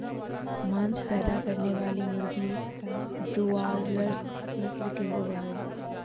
मांस पैदा करने वाली मुर्गी ब्रोआयालर्स नस्ल के होबे हइ